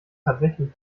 tatsächlich